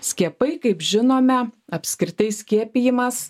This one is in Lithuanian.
skiepai kaip žinome apskritai skiepijimas